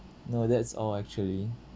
no that's all actually